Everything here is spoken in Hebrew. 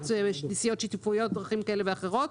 בצורת נסיעות שיתופיות ודרכים כאלה ואחרות,